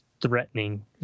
threatening